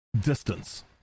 distance